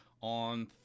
on